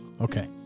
Okay